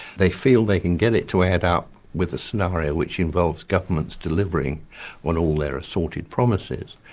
they feel they can get it to add up with a scenario which involves governments delivering on all their assorted promises,